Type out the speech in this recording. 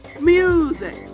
music